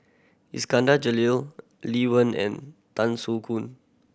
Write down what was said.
Iskandar Jalil Lee Wen and Tan Soo Khoon